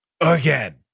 again